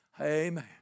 Amen